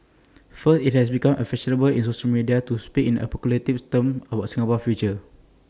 first IT has become A fashionable in social media to speak in apocalyptic terms about Singapore's future